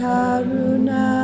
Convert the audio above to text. Karuna